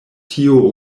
tio